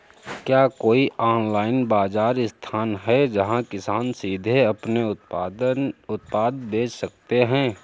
क्या कोई ऑनलाइन बाज़ार स्थान है जहाँ किसान सीधे अपने उत्पाद बेच सकते हैं?